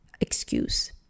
excuse